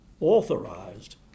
authorized